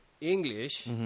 English